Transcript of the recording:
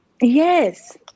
Yes